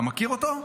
אתה מכיר אותו?